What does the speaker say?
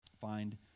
Find